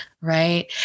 Right